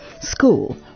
school